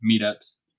meetups